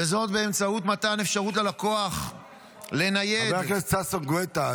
וזאת באמצעות מתן אפשרות ללקוח לנייד --- חבר הכנסת ששון גואטה,